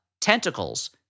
Tentacles